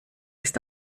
ist